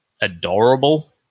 adorable